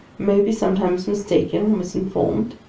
may be sometimes mistaken or misinformed,